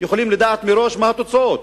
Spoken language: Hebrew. יכולים לדעת מראש מה התוצאות: